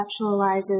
conceptualizes